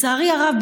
לצערי הרב,